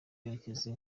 karekezi